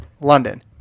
London